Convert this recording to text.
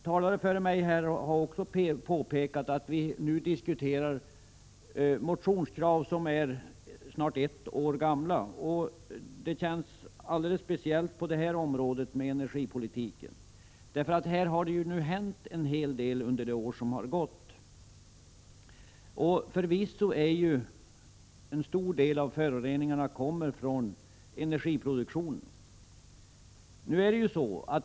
Talare före mig i debatten har påpekat att vi nu diskuterar motionskrav som snart är ett år gamla. Det känns alldeles speciellt när det gäller energipolitiken — här har det hänt en hel del under det år som har gått. Förvisso kommer en stor del av föroreningarna från energiproduktionen.